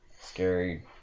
Scary